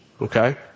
okay